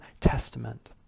Testament